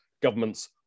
government's